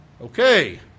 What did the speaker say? Okay